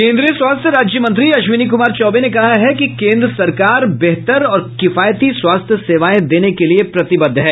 केन्द्रीय स्वास्थ्य राज्यमंत्री अश्विनी कुमार चौबे ने कहा है कि केन्द्र सरकार बेहतर और किफायती स्वास्थ्य सेवाएं देने के लिये प्रतिबद्ध है